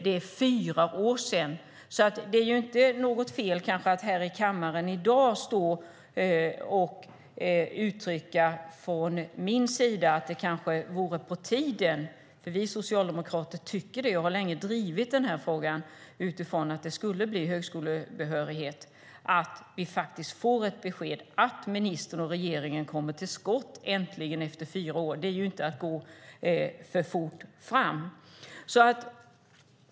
Det är kanske inte något fel av mig att här i kammaren i dag stå och uttrycka att det kanske vore på tiden. Vi socialdemokrater tycker och har länge drivit frågan att det borde bli högskolebehörighet. Att få ett besked att ministern och regeringen äntligen kommer till skott efter fyra år är inte att gå för fort fram.